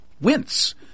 wince